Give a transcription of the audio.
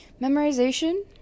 memorization